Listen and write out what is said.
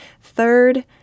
Third